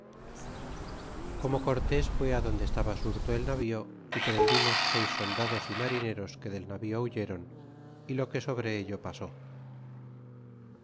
como cortés fud adonde estaba surto el navío y prendimos seis soldados y marineros que del navío huyeron y toque sobre et o pasó